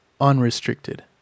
unrestricted